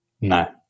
no